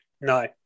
No